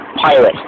pirate